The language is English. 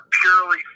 purely